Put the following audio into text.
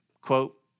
quote